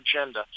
agenda